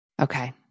Okay